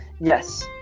Yes